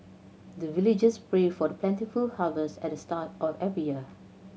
the villagers pray for the plentiful harvest at the start of every year